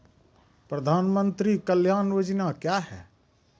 प्रधानमंत्री कल्याण योजना क्या हैं?